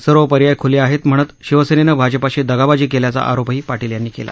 सर्व पर्याय ख्ले आहेत म्हणत शिवसेनेनंच भाजपाशी दगाबाजी केल्याचा आरोपही पाटील यांनी केला